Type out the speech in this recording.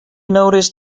notice